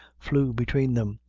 flew between them.